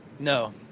No